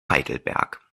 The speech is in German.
heidelberg